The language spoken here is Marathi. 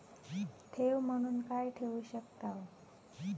ठेव म्हणून काय ठेवू शकताव?